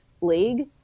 league